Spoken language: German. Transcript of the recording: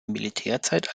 militärzeit